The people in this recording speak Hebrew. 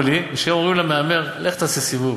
לי שהם אומרים למהמר: לך תעשה סיבוב,